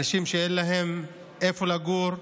אנשים שאין להם איפה לגור,